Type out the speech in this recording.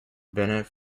bennett